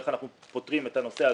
איך אנחנו פותרים את הנושא הזה,